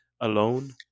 alone